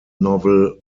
novel